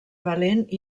valent